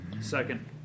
Second